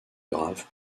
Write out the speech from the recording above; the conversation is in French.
grave